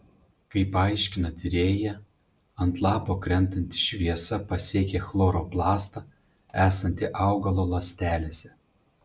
kaip aiškina tyrėja ant lapo krentanti šviesa pasiekia chloroplastą esantį augalo ląstelėse